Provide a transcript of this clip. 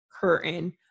curtain